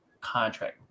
contract